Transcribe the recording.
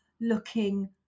looking